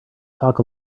talk